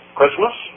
Christmas